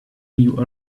new